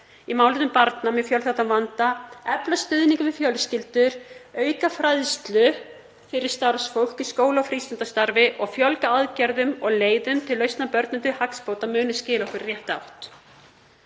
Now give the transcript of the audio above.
í málefnum barna með fjölþættan vanda, efla stuðning við fjölskyldur, auka fræðslu fyrir starfsfólk í skóla- og frístundastarfi og fjölga aðgerðum og leiðum til lausna börnum til hagsbóta, muni skila okkur í rétta átt.